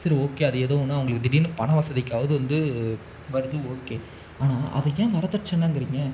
சரி ஓகே அது ஏதோ ஒன்று அவர்களுக்கு திடீர்னு பண வசதிக்காவது வந்து வருது ஓகே ஆனால் அதை ஏன் வரதட்சணைங்கிறீங்க